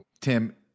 Tim